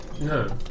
No